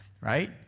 right